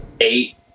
eight